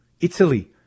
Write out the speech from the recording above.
Italy